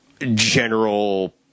general